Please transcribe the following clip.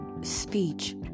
speech